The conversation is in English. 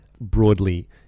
broadly